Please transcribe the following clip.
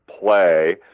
play